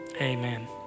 amen